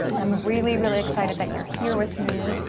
i'm really, really, excited that you're here with me.